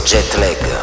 Jetlag